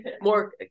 more